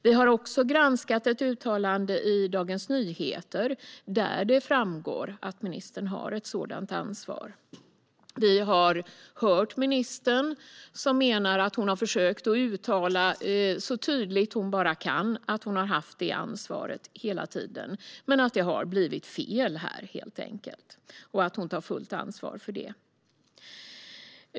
Vi har också granskat ett uttalande i Dagens Nyheter där det framgår att ministern har ett sådant ansvar. Vi har hört ministern, som menar att hon har försökt att uttala så tydligt hon bara kan att hon har haft detta ansvar hela tiden men att det helt enkelt har blivit fel här. Hon tar fullt ansvar för detta.